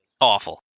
awful